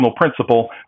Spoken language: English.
principle